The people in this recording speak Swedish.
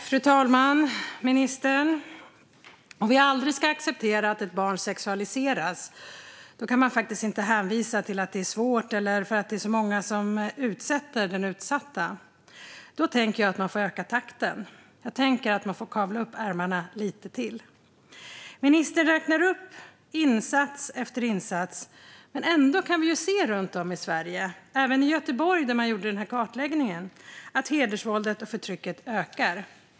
Fru talman! Om vi aldrig ska acceptera att ett barn sexualiseras kan man inte hänvisa till att det är svårt eller att det är så många som utsätter den utsatta. Då tänker jag att man får öka takten. Man får kavla upp ärmarna lite till. Ministern räknar upp insats efter insats. Men ändå kan vi runt om i Sverige se, även i Göteborg, där man gjorde kartläggningen, att hedersvåldet och förtrycket ökar.